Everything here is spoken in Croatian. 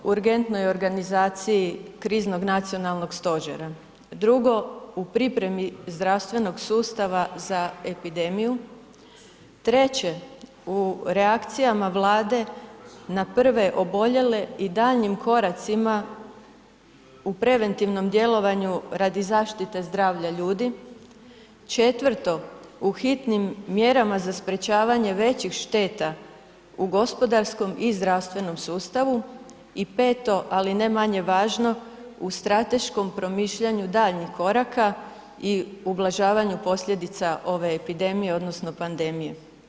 1. urgentnoj organizaciji kriznog Nacionalnog stožera, 2. u pripremi zdravstvenog sustava za epidemiju, 3. u reakcijama Vlade na prve oboljele i daljnjim koracima u preventivnom djelovanju radi zaštite zdravlja ljudi, 4. u hitnim mjerama za sprečavanje većih šteta u gospodarskom i zdravstvenom sustavu i 5., ali ne manje važno u strateškom promišljanju daljnjih koraka i ublažavanju posljedica ove epidemije odnosno pandemije.